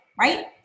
right